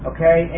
Okay